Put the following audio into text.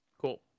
Cool